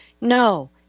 no